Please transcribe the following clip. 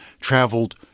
traveled